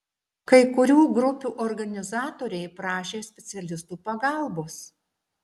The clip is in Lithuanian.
kai kurių grupių organizatoriai prašė specialistų pagalbos